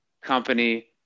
company